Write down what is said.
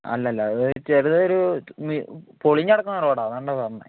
അല്ലല്ല ഇത് ചെറിയൊരു പൊളിഞ്ഞ് കിടക്കുന്ന റോഡാണ് അതുകൊണ്ടാണ് പറഞ്ഞത്